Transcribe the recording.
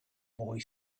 boy